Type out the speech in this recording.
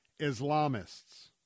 Islamists